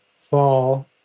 fall